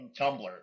Tumblr